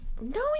no